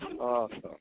Awesome